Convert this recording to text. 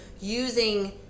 using